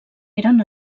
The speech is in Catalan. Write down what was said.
eren